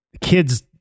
kids